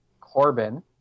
Corbin